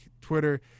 Twitter